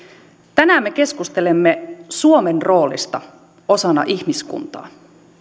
tänään me keskustelemme suomen roolista osana ihmiskuntaa